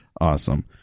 awesome